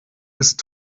ist